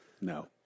No